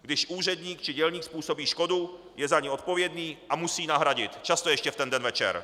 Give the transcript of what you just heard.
Když úředník či dělník způsobí škodu, je za ni odpovědný a musí ji nahradit, často ještě ten den večer.